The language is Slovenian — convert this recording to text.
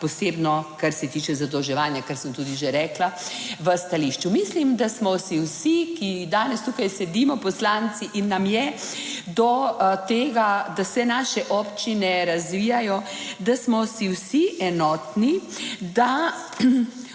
posebno kar se tiče zadolževanja, kar sem tudi že rekla, v stališču. Mislim, da smo si vsi, ki danes tukaj sedimo, poslanci in nam je do tega, da se naše občine razvijajo, da smo si vsi enotni, da